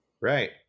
right